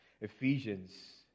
Ephesians